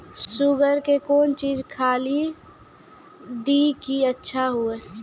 Sugar के कौन चीज खाली दी कि अच्छा हुए?